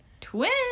Twins